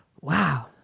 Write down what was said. wow